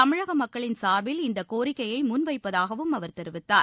தமிழக மக்களின் சார்பில் இந்தக் கோரிக்கையை முன்வைப்பதாகவும் தெரிவித்தார்